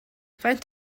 faint